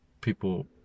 people